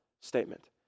statement